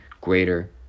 greater